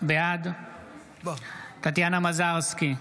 בעד טטיאנה מזרסקי,